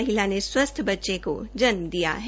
महिला ने स्वस्थ बच्चे को जन्म दिया है